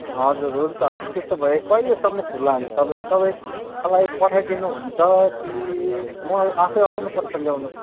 हजुर हुन्छ हुन्छ त्यसो भए कहिलेसम्म खुल्ला हुन्छ तपाईँको तपाईँ मलाई पठाइदिनु हुन्छ कि म आफै आउनुपर्छ ल्याउन